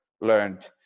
learned